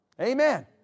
Amen